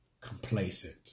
complacent